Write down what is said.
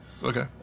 Okay